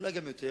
אולי גם יותר,